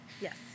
Yes